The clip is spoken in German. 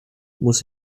muss